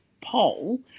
poll